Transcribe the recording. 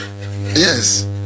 Yes